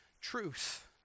truth